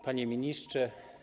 Panie Ministrze!